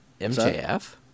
MJF